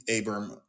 abram